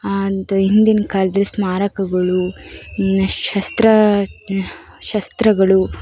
ಅಂದರೆ ಹಿಂದಿನ ಕಾಲದಲ್ಲಿ ಸ್ಮಾರಕಗಳು ನೆ ಶಸ್ತ್ರ ಶಸ್ತ್ರಗಳು